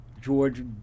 George